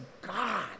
God